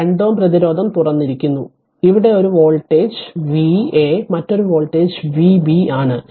2 Ω പ്രതിരോധം തുറന്നിരിക്കുന്നു ഇവിടെ ഒരു വോൾട്ടേജ് Va മറ്റൊരു വോൾട്ടേജ് Vb ആണ്